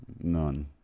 None